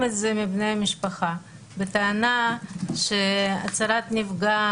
את זה מבני המשפחה בטענה שהצהרת נפגע,